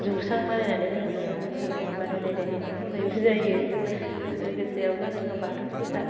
जौस्रां बानायनानै जोङो बेहाय मोसानाय बादायलायनाय दिन्थिफुंनायबो जायो लोगोसेयावनो जोङो बाथौ फुजा